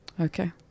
okay